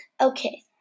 Okay